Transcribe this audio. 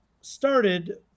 started